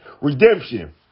Redemption